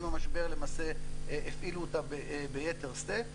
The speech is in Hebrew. עם המשבר למעשה הפעילו אותה ביתר שאת.